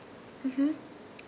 mmhmm